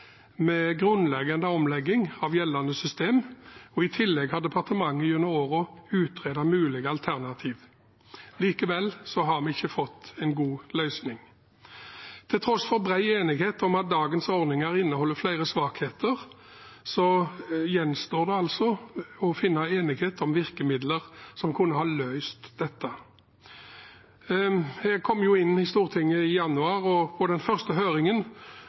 med grunnleggende omlegging av gjeldende system, og i tillegg har departementet gjennom årene utredet mulige alternativer. Likevel har vi ikke fått noen god løsning. Til tross for bred enighet om at dagens ordninger inneholder flere svakheter, gjenstår det altså å komme til enighet om virkemidler som kunne ha løst dette. Jeg kom inn på Stortinget i januar og kunne på den første høringen,